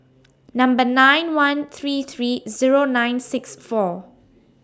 nine one three three Zero nine six four